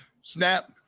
Snap